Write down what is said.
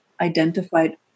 identified